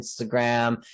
Instagram